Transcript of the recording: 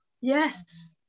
yes